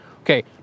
Okay